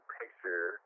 picture